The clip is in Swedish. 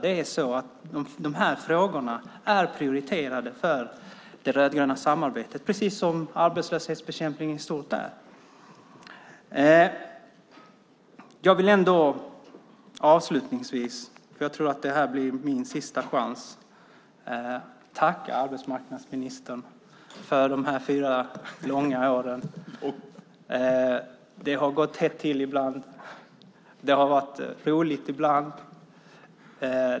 De här frågorna är prioriterade för det rödgröna samarbetet precis som arbetslöshetsbekämpningen i stort är. Jag vill avslutningsvis, för jag tror att det här blir min sista chans till det, tacka arbetsmarknadsministern för de här fyra långa åren. Det har gått hett till ibland och det har varit roligt ibland.